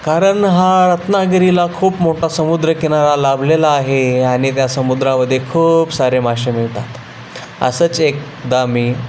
कारण हा रत्नागिरीला खूप मोठा समुद्रकिनारा लाभलेला आहे आणि त्या समुद्रामध्ये खूप सारे मासे मिळतात असंच एकदा मी